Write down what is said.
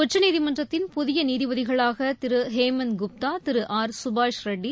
உச்சநீதிமன்றத்தின் புதிய நீதிபதிகளாக திரு ஹேமந்த் குப்தா திரு ஆர் சுபாஷ் ரெட்டி